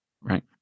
Right